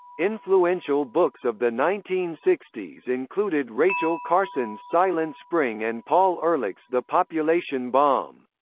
influential books of the nineteen sixty s included rachel carson's silent spring and paul ehrlich's the population bomb.